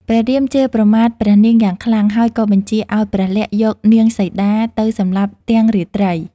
ព្រះរាមជេរប្រមាថព្រះនាងយ៉ាងខ្លាំង ហើយក៏បញ្ជាឱ្យព្រះលក្សណ៍យកនាងសីតាទៅសម្លាប់ទាំងរាត្រី។